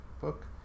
book